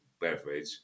beverage